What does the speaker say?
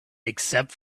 except